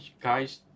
guys